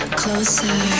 closer